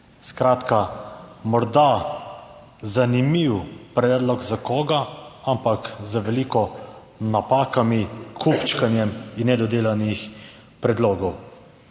Skratka, morda zanimiv predlog za koga, ampak z veliko napakami, kupčkanjem in nedodelanih predlogov.